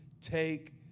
take